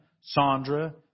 Sandra